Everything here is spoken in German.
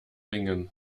bringen